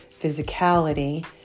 physicality